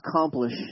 accomplish